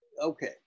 Okay